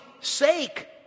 sake